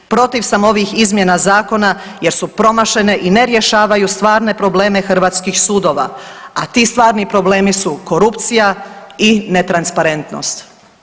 Protiv sam ovih izmjena zakona jer su promašene i ne rješavaju stvarne probleme hrvatskih sudova, a ti stvarni problemi su korupcija i netransparentnost.